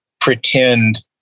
pretend